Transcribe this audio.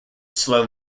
slow